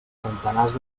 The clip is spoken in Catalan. centenars